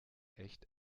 echt